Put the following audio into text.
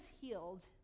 healed